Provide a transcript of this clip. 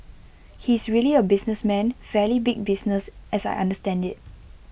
he's really A businessman fairly big business as I understand IT